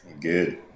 Good